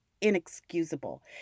inexcusable